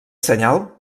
senyal